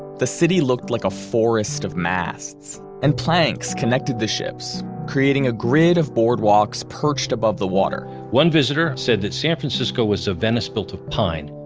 the city looked like a forest of masts and planks connected the ships creating a grid of boardwalks perched above the water. one visitor said that san francisco was a venice built of pine.